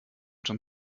schon